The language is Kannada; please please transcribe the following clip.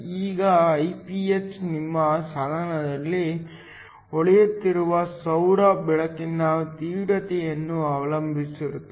ಈಗ Iph ನಿಮ್ಮ ಸಾಧನದಲ್ಲಿ ಹೊಳೆಯುತ್ತಿರುವ ಸೌರ ಬೆಳಕಿನ ತೀವ್ರತೆಯನ್ನು ಅವಲಂಬಿಸಿರುತ್ತದೆ